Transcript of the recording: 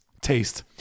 taste